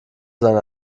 seine